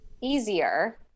easier